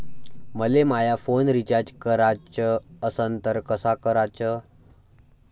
मले माया phone recharge कराचा असन तर कसा कराचा?